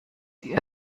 die